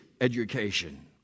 education